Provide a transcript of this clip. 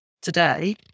today